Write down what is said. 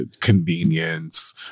convenience